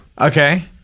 Okay